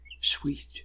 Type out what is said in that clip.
sweet